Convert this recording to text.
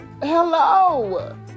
Hello